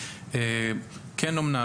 כן אומנה,